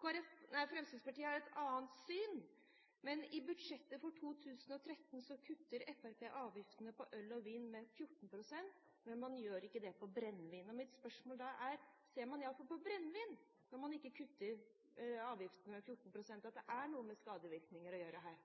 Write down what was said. Fremskrittspartiet har et annet syn. I budsjettet for 2013 kutter Fremskrittspartiet avgiftene på øl og vin med 14 pst., men man gjør det ikke på brennevin. Mitt spørsmål er da: Ser man i alle fall når det gjelder brennevin, at det har noe med skadevirkninger å gjøre,